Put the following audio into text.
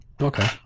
Okay